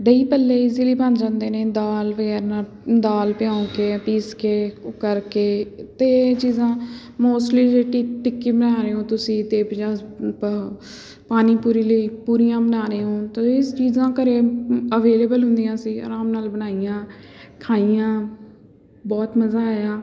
ਦਹੀਂ ਭੱਲੇ ਇਜ਼ਲੀ ਬਣ ਜਾਂਦੇ ਨੇ ਦਾਲ ਵਗੈਰਾ ਨਾਲ ਦਾਲ ਭਿਓਂ ਕੇ ਪੀਸ ਕੇ ਉਹ ਕਰਕੇ ਅਤੇ ਇਹ ਚੀਜ਼ਾਂ ਮੋਸਟਲੀ ਜੇ ਟਿ ਟਿੱਕੀ ਬਣਾ ਰਹੇ ਹੋ ਤੁਸੀ ਤਾਂ ਪਾਨੀ ਪੂਰੀ ਲਈ ਪੂਰੀਆਂ ਬਣਾ ਰਹੇ ਹੋ ਤੋ ਇਸ ਚੀਜ਼ਾਂ ਘਰੇ ਅਵੇਲੇਬਲ ਹੁੰਦੀਆਂ ਸੀ ਆਰਾਮ ਨਾਲ ਬਣਾਈਆਂ ਖਾਈਆਂ ਬਹੁਤ ਮਜ਼ਾ ਆਇਆ